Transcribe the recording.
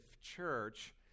church